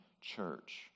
church